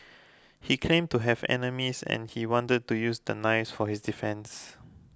he claimed to have enemies and he wanted to use the knives for his defence